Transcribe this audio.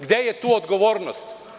Gde je tu odgovornost?